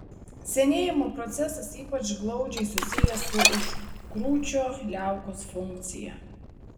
senėjimo procesas ypač glaudžiai susijęs su užkrūčio liaukos funkcija